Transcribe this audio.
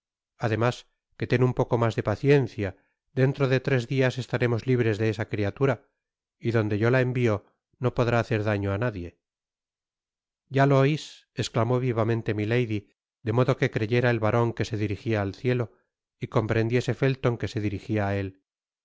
además que ten un poco mas de paciencia dentro de tres dias estaremos libres de esa criatura y donde yo la envio no podrá hacer daño á nadie ya lo ois esclamó vivamente milady de modo que creyera et baron que se dirigia al cielo y comprendiese felton que se dirigia á él